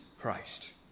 Christ